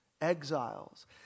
exiles